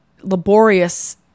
laborious